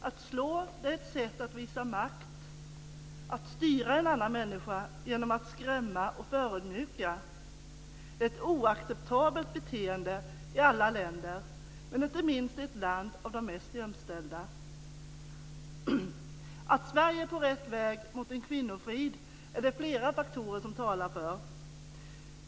Att slå är ett sätt att visa makt, att styra en annan människa genom att skrämma och förödmjuka. Det är ett oacceptabelt beteende i alla länder, men inte minst i ett land av de mest jämställda. Det är flera faktorer som talar för att Sverige är på rätt väg mot kvinnofrid.